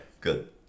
good